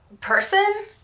person